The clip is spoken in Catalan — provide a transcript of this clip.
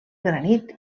granit